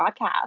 podcast